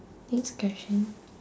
next question